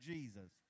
Jesus